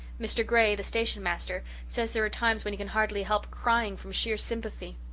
mr. gray, the station master, says there are times when he can hardly help crying from sheer sympathy.